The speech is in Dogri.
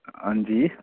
हां जी